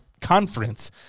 conference